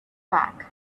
back